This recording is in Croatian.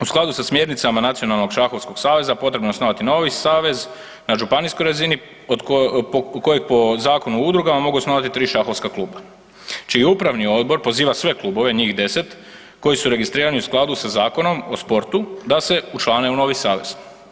U skladu sa smjernicama Nacionalnog šahovskog saveza potrebno je osnovati novi savez na županijskoj razini koji po Zakonu o udrugama mogu smatrati tri šahovska kluba čiji upravni odbor poziva sve klubove, njih 10, koji su registrirani u skladu sa Zakonom o sportu da se učlane u novi savez.